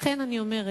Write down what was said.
לכן אני אומרת,